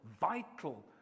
vital